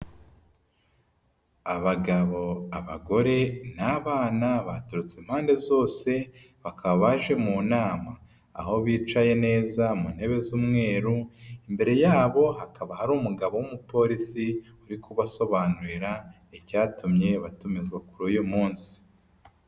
Abagabo, abagore n'abana baturutse impande zose, bakaba baje mu nama. Aho bicaye neza mu ntebe z'umweru, imbere yabo hakaba hari umugabo w'umupolisi uri kubasobanurira icyatumye batumizwa kuri uyu munsi.